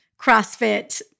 CrossFit